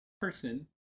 person